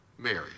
Mary